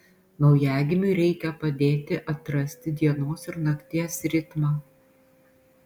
naujagimiui reikia padėti atrasti dienos ir nakties ritmą